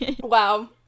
Wow